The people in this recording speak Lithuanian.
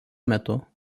metu